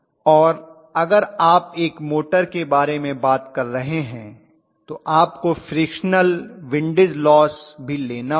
और अगर आप एक मोटर के बारे में बात कर रहे हैं तो आपको फ्रिक्शनल विन्डिज लॉस भी लेना होगा